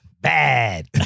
bad